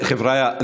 חבריא,